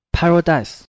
Paradise 》 。